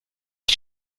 die